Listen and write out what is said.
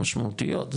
משמעותיות,